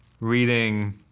reading